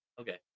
Okay